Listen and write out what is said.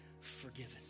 forgiven